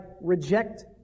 reject